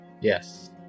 Yes